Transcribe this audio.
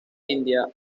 india